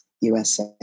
USA